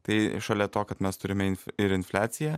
tai šalia to kad mes turime inf ir infliaciją